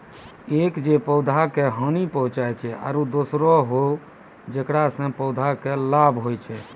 एक जे पौधा का हानि पहुँचाय छै आरो दोसरो हौ जेकरा सॅ पौधा कॅ लाभ होय छै